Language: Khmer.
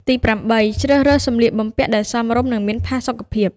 ទីប្រាំបី ជ្រើសរើសសំលៀកបំពាក់ដែលសមរម្យ និងមានផាសុកភាព។